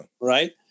Right